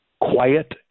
quiet